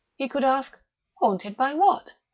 he could ask haunted by what?